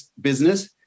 business